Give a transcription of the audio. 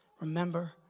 Remember